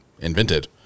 invented